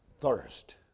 thirst